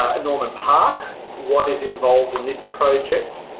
ah norman park. what is involved in this project?